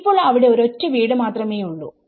ഇപ്പോൾ അവിടെ ഒരൊറ്റ വീട് മാത്രമേ ഉള്ളൂ